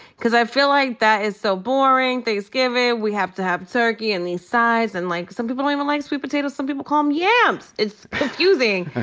cause i feel like that is so boring. thanksgiving. we have to have turkey and these sides. and, like, some people don't even like sweet potatoes. some people call em yams. it's confusing.